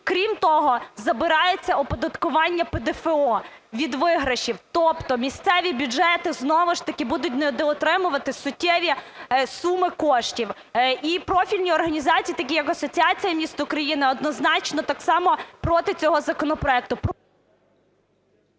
Крім того, забирається оподаткування ПДФО від виграшів. Тобто місцеві бюджети знову ж таки будуть недоотримувати суттєві суми коштів. І профільні організації такі, як Асоціація міст України, однозначно так само проти цього законопроекту.